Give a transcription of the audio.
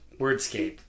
Wordscape